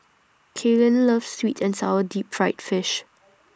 Kalyn loves Sweet and Sour Deep Fried Fish